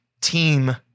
team